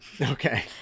Okay